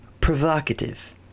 provocative